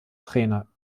trainer